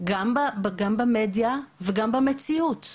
גם במדיה, וגם במציאות,